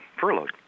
furloughed